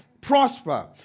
prosper